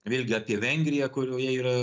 vėlgi apie vengriją kurioje yra